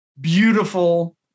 beautiful